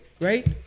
right